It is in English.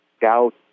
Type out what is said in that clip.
gout